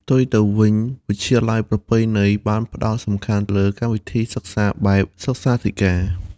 ផ្ទុយទៅវិញ វិទ្យាល័យប្រពៃណី បានផ្តោតសំខាន់លើកម្មវិធីសិក្សាបែបសិក្សាធិការ។